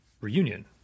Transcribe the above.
reunion